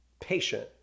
patient